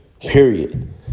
period